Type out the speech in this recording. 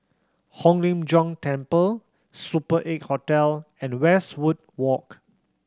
Hong Lim Jiong Temple Super Eight Hotel and Westwood Walk